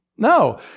No